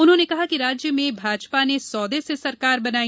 उन्होंने कहा कि राज्य में भाजपा ने सौदे से सरकार बनाई